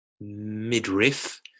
midriff